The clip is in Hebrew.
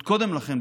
עוד קודם לכן,